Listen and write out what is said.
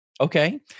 Okay